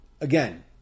Again